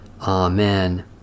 Amen